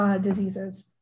diseases